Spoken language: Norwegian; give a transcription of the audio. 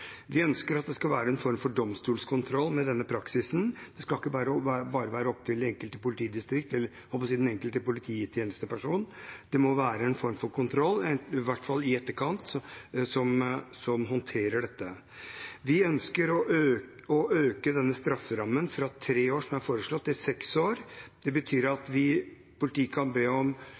Vi ønsker at det skal være en form for domstolskontroll med denne praksisen. Det skal ikke bare være opp til det enkelte politidistrikt eller den enkelte polititjenesteperson. Det må være en form for kontroll, i hvert fall i etterkant, som håndterer dette. Vi ønsker å øke strafferammen fra tre år, som er foreslått, til seks år. Det betyr at politiet kan be om